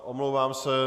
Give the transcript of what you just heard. Omlouvám se.